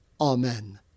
Amen